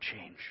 change